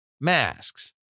masks